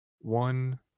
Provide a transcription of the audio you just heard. One